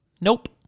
Nope